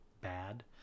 bad